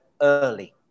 early